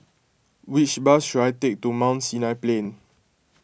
which bus should I take to Mount Sinai Plain